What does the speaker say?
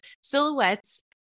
silhouettes